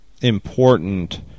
important